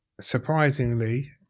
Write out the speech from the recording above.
Surprisingly